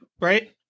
right